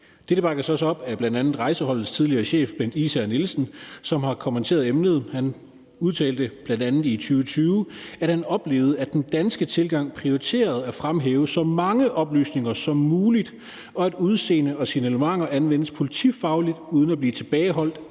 Dette bakkes også op af bl.a. Rejseholdets tidligere chef, Bent Isager Nielsen, som har kommenteret emnet. Han udtalte bl.a. i 2020, at han oplevede, at den danske tilgang prioriterede at fremhæve så mange oplysninger som muligt, og at udseende og signalementer anvendes politifagligt uden at blive tilbageholdt